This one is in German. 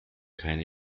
keine